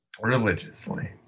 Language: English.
Religiously